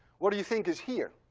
what do you think is here?